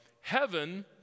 heaven